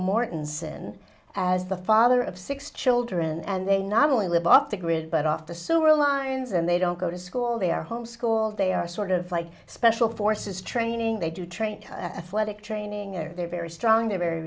mortensen as the father of six children and they not only live off the grid but off the sewer lines and they don't go to school they are homeschooled they are sort of like special forces training they do training athletic training they're very strong they're very